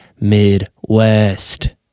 Midwest